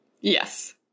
Yes